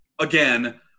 again